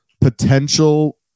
potential